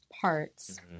parts